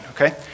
okay